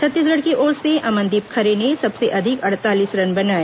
छत्तीसगढ़ की ओर से अमनदीप खरे ने सबसे अधिक अड़तालीस रन बनाए